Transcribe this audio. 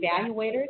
evaluators